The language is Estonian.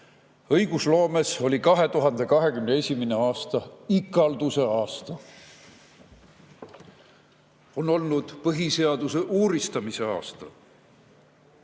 Õigusloomes oli 2021. aasta ikalduse aasta. On olnud põhiseaduse uuristamise aasta.